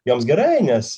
joms gerai nes